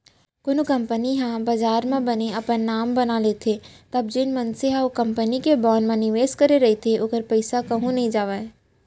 कोनो कंपनी ह बजार म बने अपन नांव बना लेथे तब जेन मनसे ह ओ कंपनी के बांड म निवेस करे रहिथे ओखर पइसा कहूँ नइ जावय